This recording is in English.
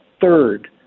third